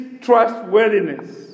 trustworthiness